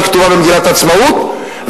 שכתובה במגילת העצמאות,